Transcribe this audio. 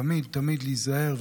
תמיד תמיד להיזהר,